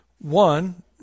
One